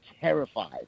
terrified